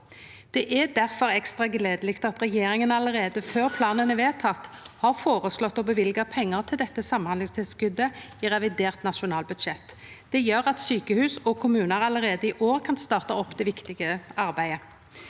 Det er difor ekstra gledeleg at regjeringa allereie før planen er vedteken, har føreslått å løyva pengar til dette samhandlingstilskotet i revidert nasjonalbudsjett. Det gjer at sjukehus og kommunar allereie i år kan starta opp det viktige arbeidet.